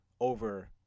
over